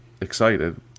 excited